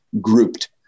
grouped